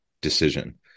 decision